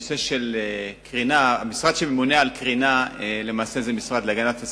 הנושא של קרינה המשרד שממונה על קרינה זה למעשה המשרד להגנת הסביבה,